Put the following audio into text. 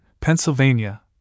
Pennsylvania